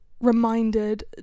reminded